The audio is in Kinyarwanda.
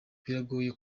biragoye